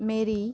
merry